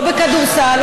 לא בכדורסל,